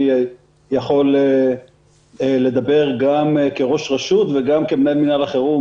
אני יכול לדבר גם כראש רשות וגם כמנהל מינהל החירום